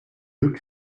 luke